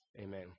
Amen